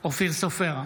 אופיר סופר,